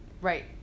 right